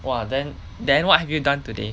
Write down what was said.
!wah! then then what have you done today